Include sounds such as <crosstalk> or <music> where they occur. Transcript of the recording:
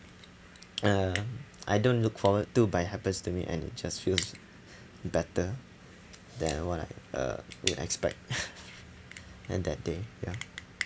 uh I don't look forward to but it happens to me and it just feels better than what I uh would expect <laughs> at that day ya